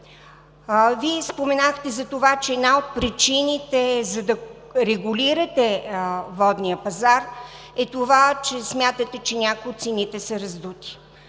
Вие споменахте, че една от причините да регулирате водния пазар е това, че смятате, че някои от цените са раздути.